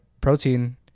protein